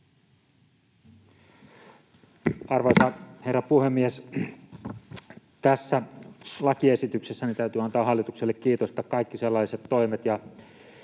Arvoisa herra puhemies! Tästä lakiesityksestä täytyy antaa hallitukselle kiitosta. Kaikki sellaiset toimet